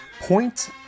point